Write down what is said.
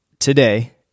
today